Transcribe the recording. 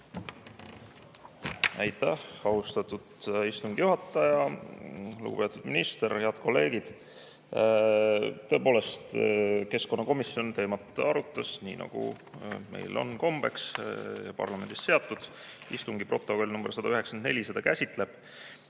Aitäh, austatud istungi juhataja! Lugupeetud minister! Head kolleegid! Tõepoolest, keskkonnakomisjon teemat arutas, nii nagu meil on parlamendis kombeks, istungi protokoll nr 194 seda käsitleb.